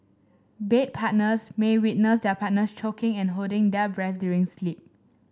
bed partners may witness their partners choking and holding their breath during sleep